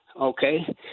Okay